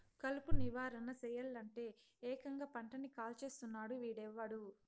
కలుపు నివారణ సెయ్యలంటే, ఏకంగా పంటని కాల్చేస్తున్నాడు వీడెవ్వడు